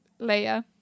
Leia